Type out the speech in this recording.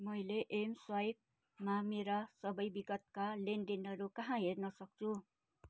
मैले एम स्वाइपमा मेरा सबै विगतका लेनदेनहरू कहाँ हेर्न सक्छु